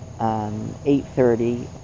8.30